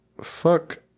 Fuck